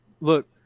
Look